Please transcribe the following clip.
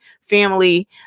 family